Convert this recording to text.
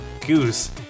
Goose